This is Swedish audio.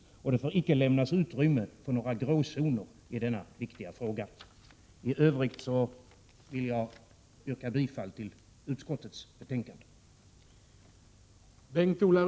Det får icke lämnas utrymme för några gråzoner i denna viktiga fråga. I övrigt vill jag yrka bifall till utskottets hemställan.